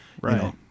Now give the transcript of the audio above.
Right